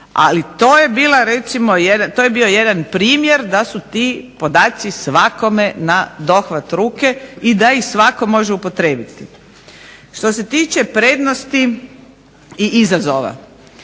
Ali, to je bio jedan primjer da su ti podaci svakome na dohvat ruke i da ih svatko može upotrijebiti. Što se tiče prednosti i izazova.